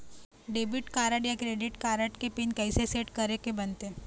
Debit card या credit card के PIN कइसे सेट करे के बनते?